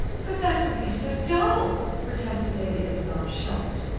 but that would be so dull! protested lady isabel, shocked.